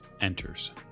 enters